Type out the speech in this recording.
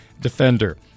defender